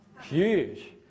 Huge